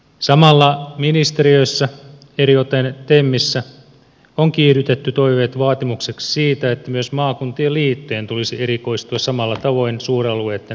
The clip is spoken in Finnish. samalla ministeriöissä eritoten temissä on kiihdytetty toiveet vaatimukseksi siitä että myös maakuntien liittojen tulisi erikoistua samalla tavoin suuralueitten rakennerahastohallinnointiin